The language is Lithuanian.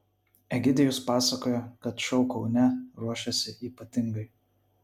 egidijus pasakoja kad šou kaune ruošiasi ypatingai